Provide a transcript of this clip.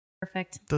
Perfect